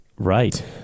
right